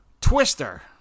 Twister